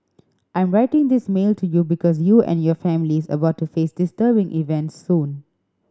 I am writing this mail to you because you and your family is about to face disturbing events soon